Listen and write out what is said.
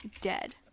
dead